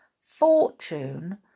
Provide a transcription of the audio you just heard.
fortune